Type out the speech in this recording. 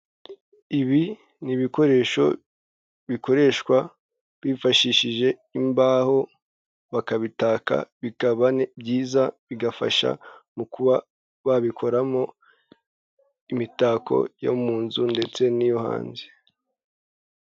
Ibi ni ibikoresho bikoreshwa bifashishije imbaho, bakabitaka bikaba byiza bigafasha mu kuba babikoramo imitako yo mu nzu ndetse n'iyo hanze.